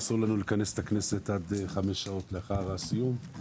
אסור לנו לכנס את הכנסת עד חמש שעות לאחר הסיום.